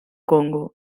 congo